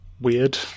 weird